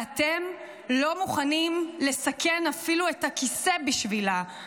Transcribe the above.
ואתם לא מוכנים לסכן אפילו את הכיסא בשבילה.